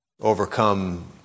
Overcome